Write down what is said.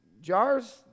Jars